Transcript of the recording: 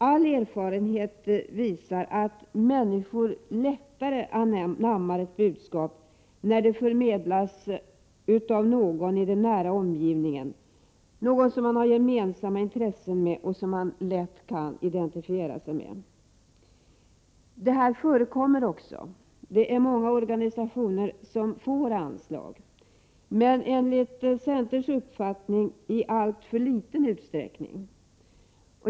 All erfarenhet visar att människor lättare anammar ett budskap när det förmedlas av någon i den nära omgivningen, någon som man har gemensamma intressen med och som man lätt kan identifiera sig med. Det förekommer också, och många organisationer får anslag, men det sker enligt centerns uppfattning i alltför liten utsträckning.